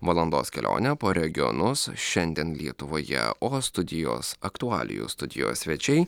valandos kelionė po regionus šiandien lietuvoje o studijos aktualijų studijos svečiai